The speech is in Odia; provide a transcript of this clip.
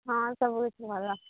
ହଁ ସବୁ କିଛି ଭଲ